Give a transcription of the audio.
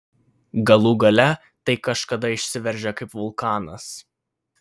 galų gale tai kažkada išsiveržia kaip vulkanas